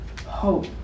hope